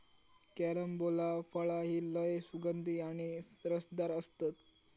carambola फळा ही लय सुगंधी आणि रसदार असतत